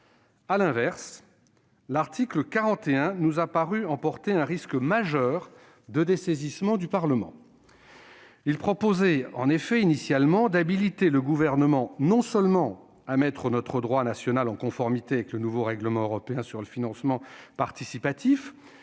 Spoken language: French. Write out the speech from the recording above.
À l'inverse, l'article 41 nous a paru emporter un risque majeur de dessaisissement du Parlement. Il visait en effet initialement à habiliter le Gouvernement non seulement à mettre notre droit national en conformité avec le nouveau règlement européen sur le financement participatif,